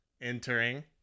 entering